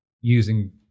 using